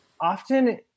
often